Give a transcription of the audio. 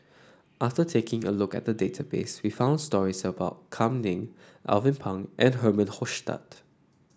after taking a look at the database we found stories about Kam Ning Alvin Pang and Herman Hochstadt